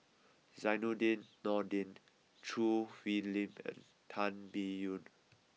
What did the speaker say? Zainudin Nordin Choo Hwee Lim and Tan Biyun